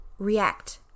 react